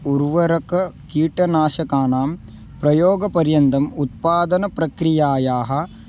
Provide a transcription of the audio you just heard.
उर्वरकं कीटनाशकानां प्रयोगपर्यन्तम् उत्पादनप्रक्रियायाः